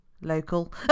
local